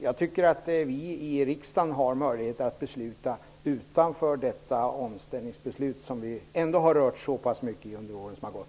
Jag tycker att vi i riksdagen har möjlighet att besluta om detta -- omställningsbeslutet har vi ju ändå rört i så pass mycket under åren som gått.